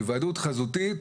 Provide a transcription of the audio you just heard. היוועדות חזותית